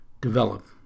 develop